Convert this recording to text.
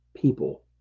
people